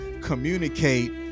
communicate